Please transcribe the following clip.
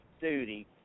duty